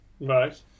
Right